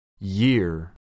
year